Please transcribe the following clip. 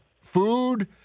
Food